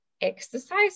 exercise